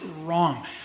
wrong